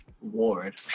Ward